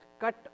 cut